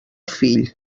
fill